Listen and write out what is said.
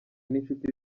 ninshuti